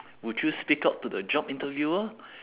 would you speak up to the job interviewer